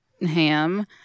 ham